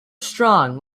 strong